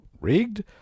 rigged